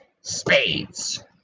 spades